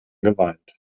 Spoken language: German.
geweint